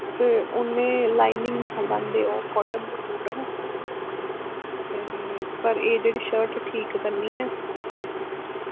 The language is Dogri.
ते उ'नेंगी लाईनिंगं निहां लांदे ओह् काटन दे सूट न ते पर एह्दी बी शर्ट ठीक करनीं ऐ